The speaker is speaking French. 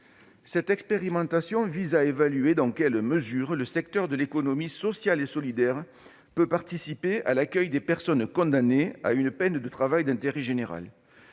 Cette expérimentation vise à évaluer dans quelle mesure le secteur de l'économie sociale et solidaire peut participer à l'accueil des personnes condamnées à une peine de travail d'intérêt général.